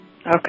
Okay